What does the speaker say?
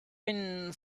been